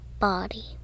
body